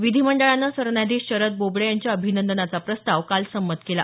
विधीमंडळानं सरन्यायाधीश शरद बोबडे यांच्या अभिनंदनाचा प्रस्ताव काल संमत केला